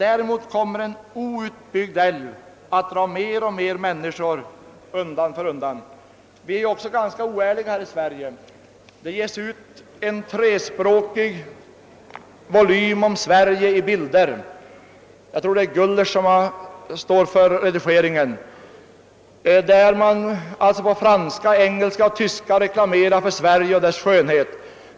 Däremot kommer en outbyggd älv att dra till sig allt fler människor undan för undan. Vi är också ganska oärliga här i Sverige. Det ges t.ex. ut en trespråkig volym om Sverige i bilder — jag tror det är Gullers som står för redigeringen av den — vari det på franska, engelska och tyska görs reklam för Sverige och dess skönhet.